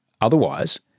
otherwise